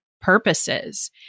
purposes